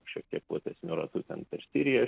šiek tiek platesniu ratu ten per siriją